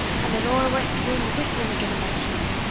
and the nor-wast wind whistling again in my teeth.